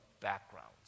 backgrounds